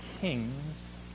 Kings